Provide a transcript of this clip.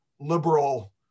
liberal